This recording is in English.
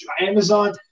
Amazon –